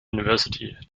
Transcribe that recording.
university